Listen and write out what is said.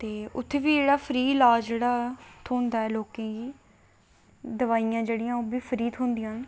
ते उत्थै बी जेह्ड़ा फ्री लाज थ्होंदा ऐ लोकें गी दवाइयां जेह्ड़ियां ओह्बी फ्री थ्होंदियां न